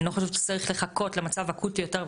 אני לא חושבת שצריך לחכות למצב אקוטי יותר.